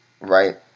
right